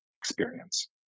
experience